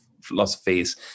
philosophies